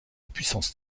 puissance